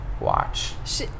watch